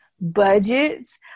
budgets